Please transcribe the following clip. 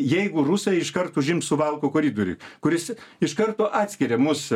jeigu rusai iškart užims suvalkų koridorių kuris iš karto atskiria mus